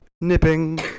nipping